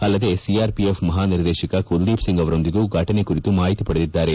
ಅಲ್ಲದೇ ಸಿಆರ್ಪಿಎಫ್ ಮಹಾ ನಿರ್ದೇಶಕ ಕುಲದೀಪ್ ಸಿಂಗ್ ಅವರೊಂದಿಗೂ ಘಟನೆ ಕುರಿತು ಮಾಹಿತಿ ಪಡೆದಿದ್ದಾರೆ